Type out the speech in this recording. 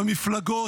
במפלגות.